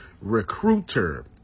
Recruiter